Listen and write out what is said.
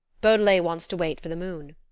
beaudelet wants to wait for the moon.